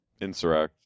Insurrect